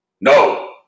no